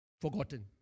forgotten